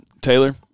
Taylor